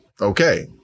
Okay